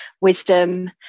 wisdom